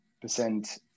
percent